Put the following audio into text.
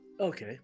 Okay